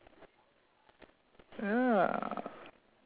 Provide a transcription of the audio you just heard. !huh!